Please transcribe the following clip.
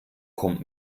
kommt